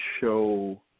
show